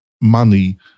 money